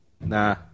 Nah